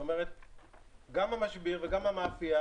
גם המשביר וגם המאפייה,